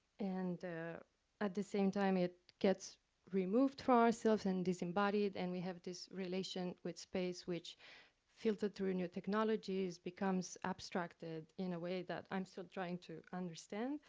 and at the same time, it gets removed from ourselves and disembodied, and we have this relation with space, which filtered through new technologies becomes abstracted in a way that i'm still trying to understand.